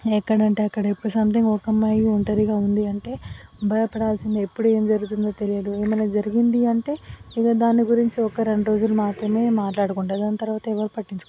ఎక్కడంటే అక్కడ ఇప్పుడు సమ్థింగ్ ఒక్క అమ్మాయి ఒంటరిగా ఉంది అంటే బయపడాల్సిందే ఎప్పుడు ఏం జరుగుతుందో తెలియదు ఏమన్నా జరిగింది అంటే ఇగ దాని గురించి ఒక రెండు రోజులు మాత్రమే మాట్లాడుకుంటారు దాన్ని తరవాత ఎవరు పట్టించుకోరు